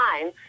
time